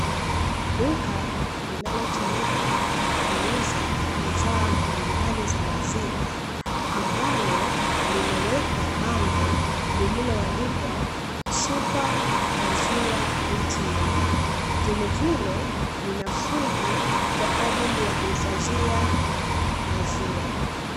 Duka linalotumika kuuza bidhaa mbalimbali za maziwa, ambalo limewekwa bango lililoandikwa" SUPER MAZIWA ATM", vile vile lina friji kwa ajili ya kuhifadhia maziwa.